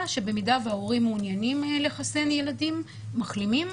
שבמידה וההורים מעוניינים לחסן ילדים מחלימים,